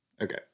Okay